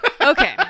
Okay